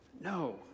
No